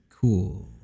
cool